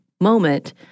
moment